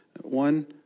One